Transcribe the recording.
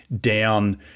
down